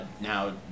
Now